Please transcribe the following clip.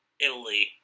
Italy